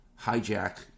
hijack